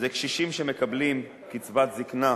אלה קשישים שמקבלים קצבת זיקנה